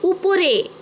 উপরে